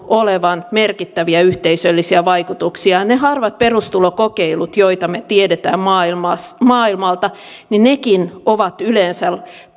olevan merkittäviä yhteisöllisiä vaikutuksia ne harvat perustulokokeilut joita me tiedämme maailmalta ovat yleensä